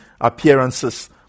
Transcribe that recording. appearances